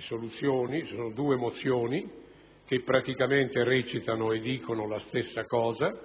sono due mozioni che praticamente dicono la stessa cosa